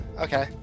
okay